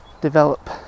develop